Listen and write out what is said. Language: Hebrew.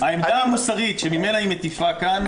העמדה המוסרית ממנה היא מטיפה כאן.